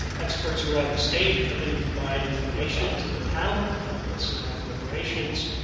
experts around the state to come in and provide information to the panel to help us in our deliberations,